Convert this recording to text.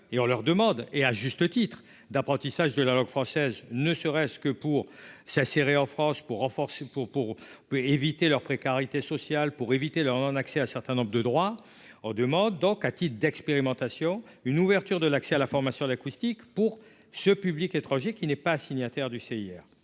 et on leur demande et à juste titre d'apprentissage de la langue française, ne serait-ce que pour sa série en France pour renforcer pour pour éviter leur précarité sociale pour éviter leur donne accès à un certain nombre de droits en demande donc à titre d'expérimentation, une ouverture de l'accès à la formation, l'acoustique pour ce public étranger, qui n'est pas signataire du CIR